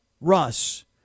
Russ